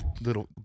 little